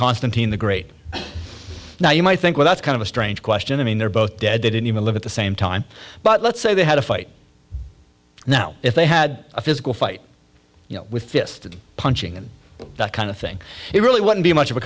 constantine the great now you might think well that's kind of a strange question i mean they're both dead didn't even live at the same time but let's say they had a fight now if they had a physical fight with fist punching and that kind of thing it really wouldn't be much of a